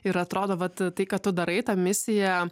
ir atrodo vat tai ką tu darai ta misija